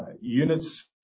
units